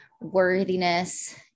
worthiness